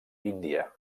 índia